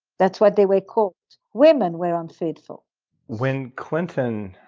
that's what they were called. women were unfaithful when clinton,